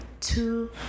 two